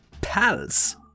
pals